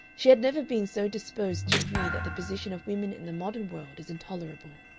she had never been so disposed to agree that the position of women in the modern world is intolerable.